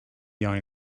iau